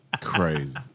Crazy